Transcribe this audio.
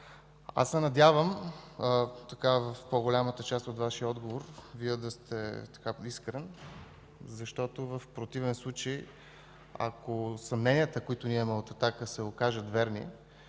Аз се надявам в по-голямата част от Вашия отговор да сте искрен, защото в противен случай, ако съмненията, които имаме ние от „Атака”, се окажат верни,